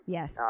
Yes